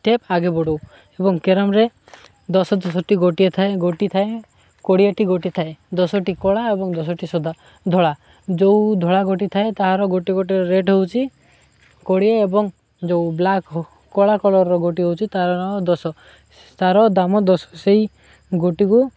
step ଆଗେ ବଢ଼ାଉ ଏବଂ କ୍ୟାରମ୍ରେ ଦଶ ଦଶଟି ଗୋଟିଏ ଥାଏ ଗୋଟି ଥାଏ କୋଡ଼ିଏଟି ଗୋଟି ଥାଏ ଦଶଟି କଳା ଏବଂ ଦଶଟି ସଦା ଧଳା ଯେଉଁ ଧଳା ଗୋଟି ଥାଏ ତାହାର ଗୋଟେ ଗୋଟେ ରେଟ୍ ହେଉଛି କୋଡ଼ିଏ ଏବଂ ଯେଉଁ ବ୍ଲାକ୍ କଳା କଲର୍ର ଗୋଟି ହେଉଛି ତା'ର ଦଶ ତା'ର ଦାମ୍ ଦଶ ସେଇ ଗୋଟିକୁ